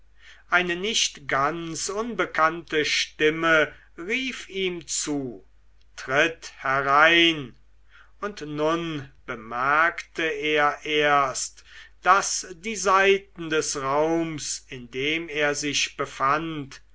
eine nicht ganz unbekannte stimme rief ihm zu tritt herein und nun bemerkte er erst daß die seiten des raums in dem er sich befand